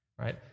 right